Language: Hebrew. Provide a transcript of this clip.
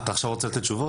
התחלנו עם זה כבר.